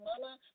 mama